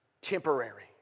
temporary